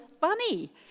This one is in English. funny